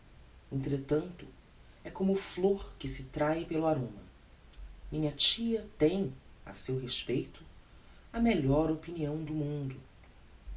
entretanto é como flor que se trahe pelo aroma minha tia tem a seu respeito a melhor opinião do mundo